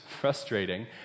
frustrating